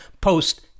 post